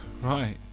right